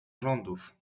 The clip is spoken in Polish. rządów